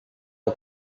ont